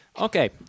Okay